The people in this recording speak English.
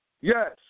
Yes